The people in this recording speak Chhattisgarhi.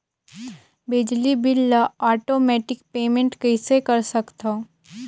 बिजली बिल ल आटोमेटिक पेमेंट कइसे कर सकथव?